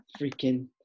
Freaking